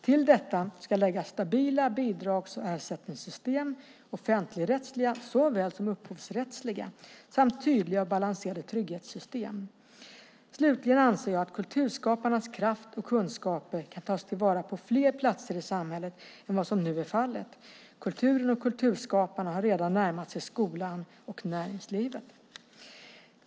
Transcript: Till detta ska läggas stabila bidrags och ersättningssystem, offentligrättsliga såväl som upphovsrättsliga, samt tydliga och balanserade trygghetssystem. Slutligen anser jag att kulturskaparnas kraft och kunskaper kan tas till vara på fler platser i samhället än vad som nu är fallet, kulturen och kulturskaparna har redan närmat sig skolan och näringslivet.